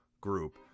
group